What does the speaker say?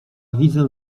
widzę